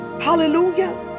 Hallelujah